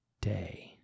day